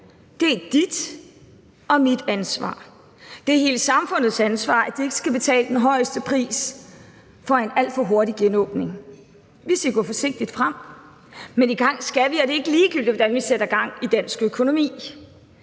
Det er dit og mit ansvar, det er hele samfundets ansvar, at de ikke skal betale den højeste pris for en alt for hurtig genåbning. Vi skal gå forsigtigt frem, men i gang skal vi, og det er ikke ligegyldigt, hvordan vi sætter gang i dansk økonomi.